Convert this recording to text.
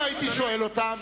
אם הייתי שואל אותם,